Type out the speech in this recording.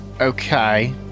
Okay